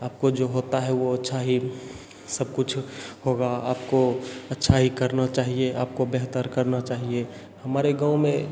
आपको जो होता है वो अच्छा ही सब कुछ होगा आपको अच्छा ही करना चाहिए आपको बेहतर करना चाहिए हमारे गाँव में